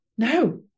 No